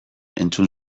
entzun